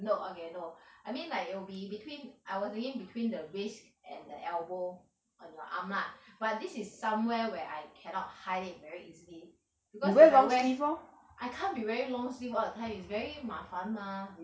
no okay no I mean like it will be between I was reading between the wrist and the elbow on your arm ah but this is somewhere where I cannot hide it very easily because if I wear I can't be wearing long sleeve all the time it's very 麻烦 mah